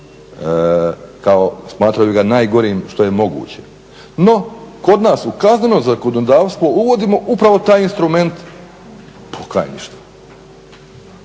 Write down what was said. Kao smatraju ga najgorim što je moguće. No, kod nas u kazneno zakonodavstvo uvodimo upravo taj instrument pokajništva.